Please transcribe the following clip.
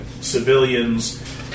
civilians